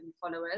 followers